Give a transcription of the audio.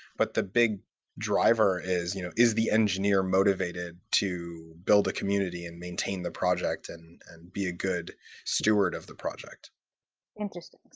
but the big driver is you know is the engineer motivated to build a community and maintain the project and and be a good steward of the project interesting.